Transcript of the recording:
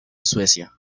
suecia